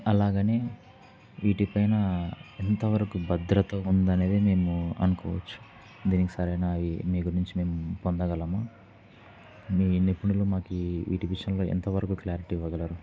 అలాగనే వీటిపైన ఎంతవరకు భద్రత ఉందనేది మేము అనుకోవచ్చు దీనికి సరైన ఈ మీ గురించి మేము పొందగలము మీ నిపుణులు మాకు వీటి విషయంలో ఎంతవరకు క్లారిటీ ఇవ్వగలరు